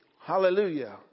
Hallelujah